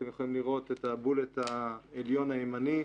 אתם יכולים לראות את ה-bullet העליון הימני,